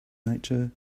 nature